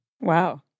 Wow